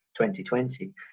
2020